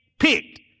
picked